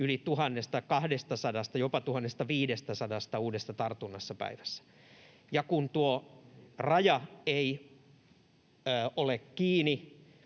yli 1 200:sta, jopa 1 500:sta uudesta tartunnasta päivässä. Kun tuo raja ei ole kiinni,